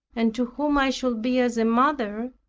and to whom i should be as a mother,